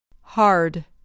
Hard